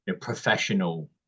professional